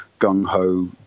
gung-ho